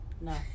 No